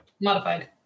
Modified